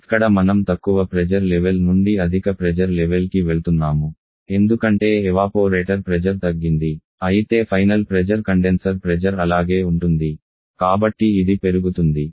ఇక్కడ మనం తక్కువ ప్రెజర్ లెవెల్ నుండి అధిక ప్రెజర్ లెవెల్ కి వెళ్తున్నాము ఎందుకంటే ఎవాపోరేటర్ ప్రెజర్ తగ్గింది అయితే ఫైనల్ ప్రెజర్ కండెన్సర్ ప్రెజర్ అలాగే ఉంటుంది కాబట్టి ఇది పెరుగుతుంది